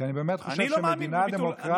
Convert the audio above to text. כי אני באמת חושב שמדינה דמוקרטית,